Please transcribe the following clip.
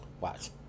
Watch